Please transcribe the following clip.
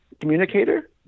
communicator